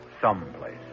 someplace